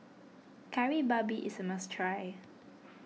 Kari Babi is a must try